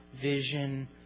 vision